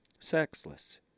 Sexless